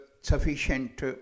sufficient